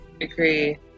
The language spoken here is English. Agree